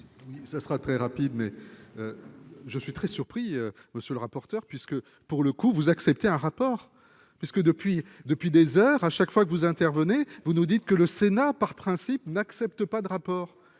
Ce sera très rapide, mais je suis très surpris, monsieur le rapporteur, puisque, pour le coup, vous acceptez un rapport parce que depuis, depuis des heures à chaque fois que vous intervenez, vous nous dites que le Sénat, par principe, n'accepte pas de rapport